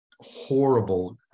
horrible